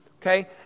Okay